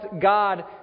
God